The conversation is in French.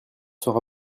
sera